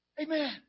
Amen